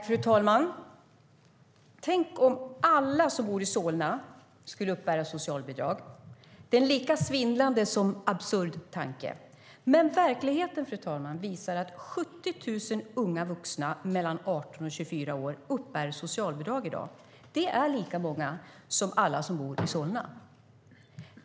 Fru talman! Tänk om alla som bor i Solna skulle uppbära socialbidrag. Det är en lika svindlande som absurd tanke. Men verkligheten, fru talman, visar att 70 000 unga vuxna mellan 18 och 24 år uppbär socialbidrag i dag. Det är lika många som alla som bor i Solna.